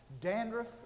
dandruff